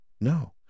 No